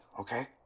okay